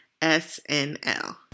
SNL